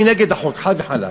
אני נגד החוק, חד וחלק.